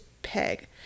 Peg